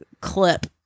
clip